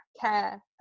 care